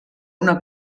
una